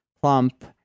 plump